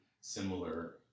Similar